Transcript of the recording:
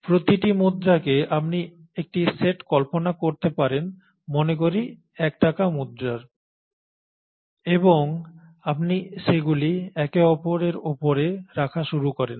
প্রতিটি মুদ্রাকে আপনি একটি সেট কল্পনা করতে পারেন মনে করি 1 টাকা মুদ্রার এবং আপনি সেগুলি একে অপরের উপরে রাখা শুরু করেন